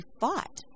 fought